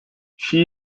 she